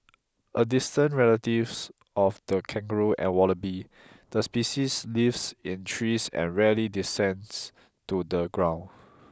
a distant relatives of the kangaroo and wallaby the species lives in trees and rarely descends to the ground